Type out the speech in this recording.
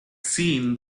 seen